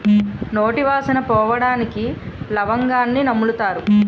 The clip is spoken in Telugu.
నోటి వాసన పోవడానికి లవంగాన్ని నములుతారు